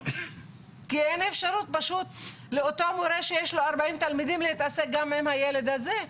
כי אין אפשרות לאותה מורה שיש לה ארבעים תלמידים להתעסק גם עם הילד הזה,